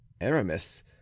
aramis